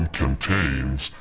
contains